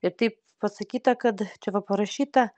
ir taip pasakyta kad čia va parašyta